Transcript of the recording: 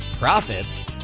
Profits